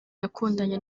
yakundanye